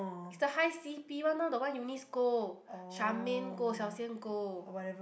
it's the high C_P one orh the one Eunice go Charmaine go Xiao-Xian go